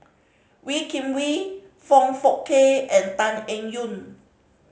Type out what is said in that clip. Wee Kim Wee Foong Fook Kay and Tan Eng Yoon